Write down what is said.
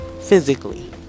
physically